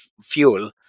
fuel